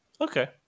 Okay